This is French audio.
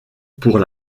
pour